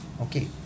Okay